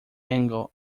angle